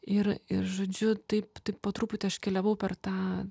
ir ir žodžiu taip taip po truputį aš keliavau per tą